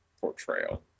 portrayal